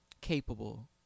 capable